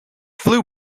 flew